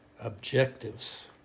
Objectives